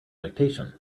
dictation